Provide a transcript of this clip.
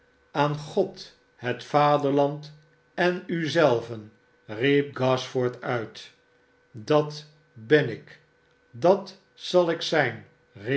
aan god het vaderland en u zelven riep gashford uit dat ben ik dat zal ik zijn riep